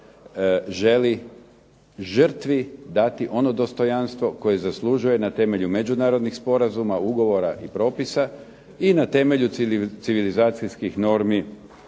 želi žrtvi dati ono dostojanstvo koje zaslužuje na temelju međunarodnih sporazuma, ugovora i propisa i na temelju civilizacijskih normi